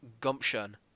gumption